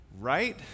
right